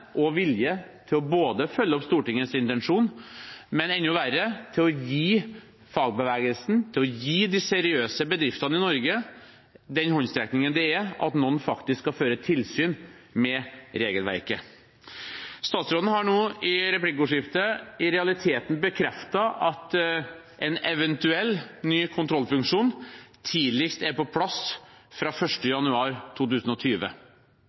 og vilje til både å følge opp Stortingets intensjon, og – enda verre – til å gi fagbevegelsen og de seriøse bedriftene i Norge den håndsrekningen det er at noen faktisk skal føre tilsyn med regelverket. Statsråden har nå i replikkordskiftet i realiteten bekreftet at en eventuell ny kontrollfunksjon tidligst er på plass fra 1. januar 2020,